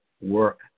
work